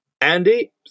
Andy